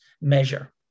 measure